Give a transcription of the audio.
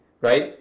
Right